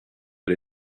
but